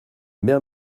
mer